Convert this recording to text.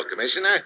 Commissioner